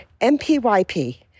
MPYP